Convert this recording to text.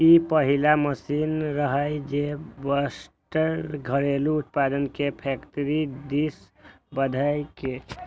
ई पहिल मशीन रहै, जे वस्त्रक घरेलू उत्पादन कें फैक्टरी दिस बढ़ेलकै